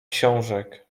książek